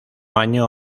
año